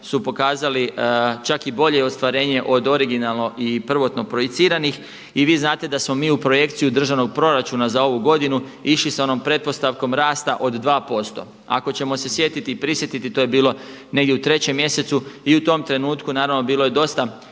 su pokazali čak i bolje ostvarenje od originalno i prvotno projiciranih. I vi znate da smo mi u projekciju Državnog proračuna za ovu godinu išli sa onom pretpostavkom rasta od 2% Ako ćemo se sjetiti i prisjetiti to je bilo negdje u 3. mjesecu i u tom trenutku naravno bilo je dosta